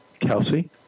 Kelsey